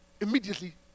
immediately